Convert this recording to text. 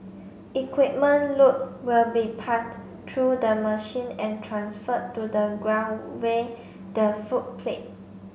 equipment load will be passed through the machine and transferred to the ground the footplate